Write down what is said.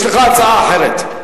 יש לך הצעה אחרת.